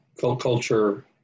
culture